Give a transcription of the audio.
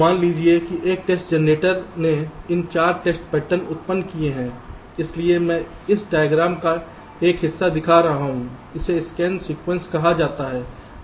मान लीजिए कि एक टेस्ट जनरेटर ने इन 4 टेस्ट पैटर्न उत्पन्न किए हैं इसलिए मैं इस डायग्राम diagram का एक हिस्सा दिखा रहा हूं इसे स्कैन सीक्वेंस कहा जाता है